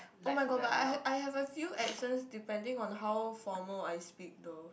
oh my god but I I have a few accents depending on how formal I speak though